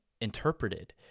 interpreted